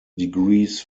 degrees